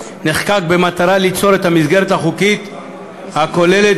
נחקק במטרה ליצור את המסגרת החוקית הכוללת